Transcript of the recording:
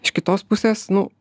iš kitos pusės nu